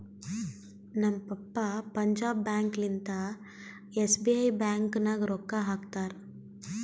ನಮ್ ಪಪ್ಪಾ ಪಂಜಾಬ್ ಬ್ಯಾಂಕ್ ಲಿಂತಾ ಎಸ್.ಬಿ.ಐ ಬ್ಯಾಂಕ್ ನಾಗ್ ರೊಕ್ಕಾ ಹಾಕ್ತಾರ್